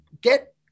get